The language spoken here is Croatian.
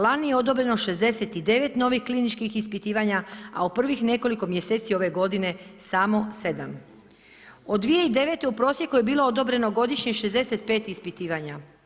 Lani je odobreno 69 novih kliničkih ispitivanja, a u prvih nekoliko mjeseci ove godine samo 7. Od 2009. u prosjeku je bilo odobreno godišnje 65 ispitivanja.